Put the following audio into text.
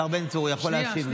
השר בן צור יכול להשיב.